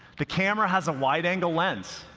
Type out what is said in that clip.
the camera has a wide angle lens.